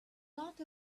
lot